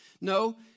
No